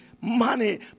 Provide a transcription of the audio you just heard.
money